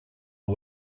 are